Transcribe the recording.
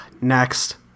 Next